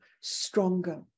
stronger